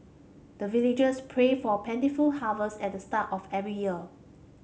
the villagers pray for plentiful harvest at the start of every year